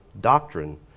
doctrine